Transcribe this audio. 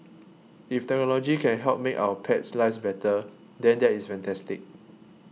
if technology can help make our pets lives better than that is fantastic